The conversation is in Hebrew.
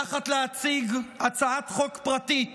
תחת להציג הצעת חוק פרטית